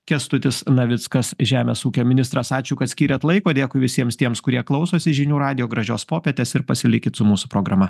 kęstutis navickas žemės ūkio ministras ačiū kad skyrėt laiko dėkui visiems tiems kurie klausosi žinių radijo gražios popietės ir pasilikit su mūsų programa